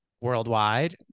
worldwide